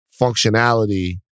functionality